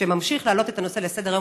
שממשיך להעלות את הנושא על סדר-היום